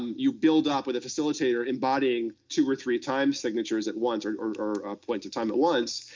you build up with a facilitator, embodying two or three time signatures at once, or or a point of time at once,